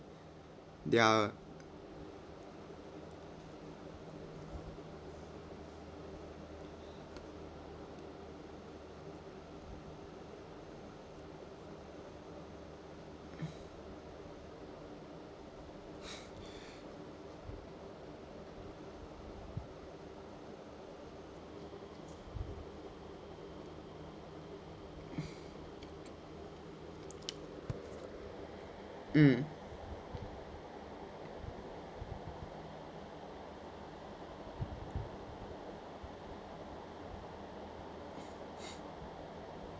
they are mm